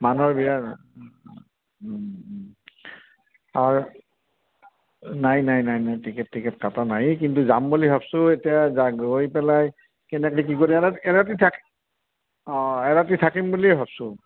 মানুহৰ ভিৰ আৰ নাই নাই নাই নাই টিকেট চিকেট কটা নাই এই কিন্তু যাম বুলি ভাবিছোঁ এতিয়া যা গৈ পেলাই কেনেকৈ কি কৰিম এৰাতি এৰাতি থাক্ অঁ এৰাতি থাকিম বুলিয়ে ভাবিছোঁ